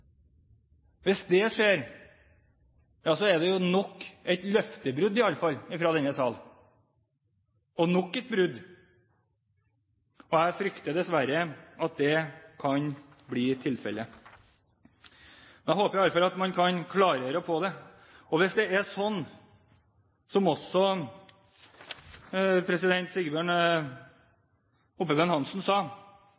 Hvis det skjer, er jo det nok et løftebrudd fra denne salen – nok et brudd – og jeg frykter dessverre at det kan bli tilfellet. Jeg håper at man kan klargjøre dette. Hvis det er slik, som også